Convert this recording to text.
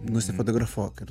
nusifotografuok ir